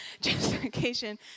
Justification